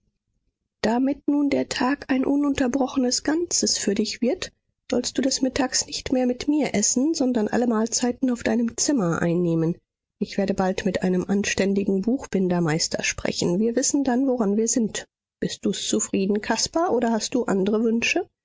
damit nun der tag ein ununterbrochenes ganzes für dich wird sollst du des mittags nicht mehr mit mir essen sondern alle mahlzeiten auf deinem zimmer einnehmen ich werde bald mit einem anständigen buchbindermeister sprechen wir wissen dann woran wir sind bist du's zufrieden caspar oder hast du andre wünsche